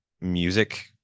music